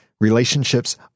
relationships